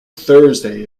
thursday